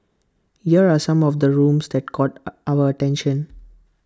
here are some of the rooms that caught our attention